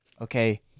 Okay